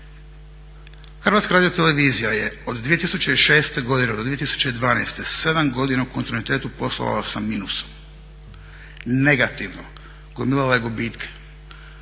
poslovanju. HRT je od 2006. godine do 2012. 7 godina u kontinuitetu poslovala sa minusom, negativno, gomilala je gubitke.